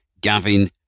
Gavin